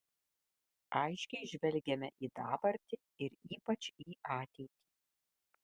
aiškiai žvelgiame į dabartį ir ypač į ateitį